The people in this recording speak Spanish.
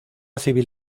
civil